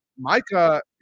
Micah